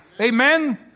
Amen